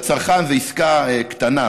לצרכן זו עסקה קטנה,